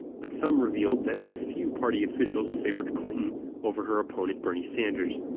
but some revealed that a few party officials favored clinton over her opponent bernie sanders.